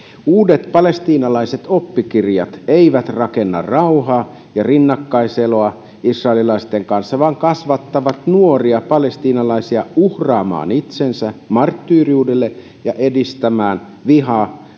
uudet palestiinalaiset oppikirjat eivät rakenna rauhaa ja rinnakkaiseloa israelilaisten kanssa vaan kasvattavat nuoria palestiinalaisia uhraamaan itsensä marttyyriudelle edistämään vihaa